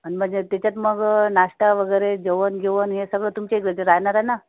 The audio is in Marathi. आणि म्हणजे त्याच्यात मग नाश्ता वगैरे जेवणगिवण सगळं तुमच्याइकडंच राह्यनार आहे ना